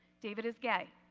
david is gay.